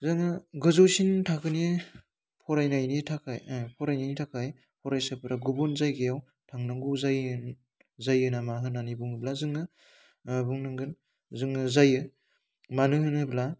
जोङो गोजौसिन थाखोनि फरायनायनि थाखाय फरायनायनि थाखाय फरायसाफोरा गुबुन जायगायाव थांनांगौ जायो नामा होन्नानै बुङोब्ला जोङो बुंनांगोन जोङो जायो मानो होनोब्ला